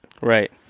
Right